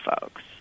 folks